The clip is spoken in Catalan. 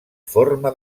forma